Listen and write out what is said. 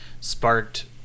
sparked